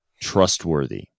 trustworthy